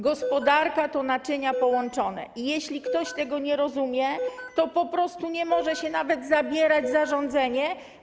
Gospodarka to naczynia połączone i jeśli ktoś tego nie rozumie, to po prostu nie może nawet zabierać się do rządzenia.